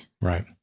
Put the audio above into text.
Right